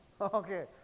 Okay